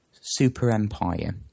super-empire